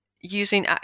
using